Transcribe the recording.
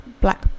black